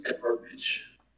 garbage